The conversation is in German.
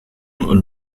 und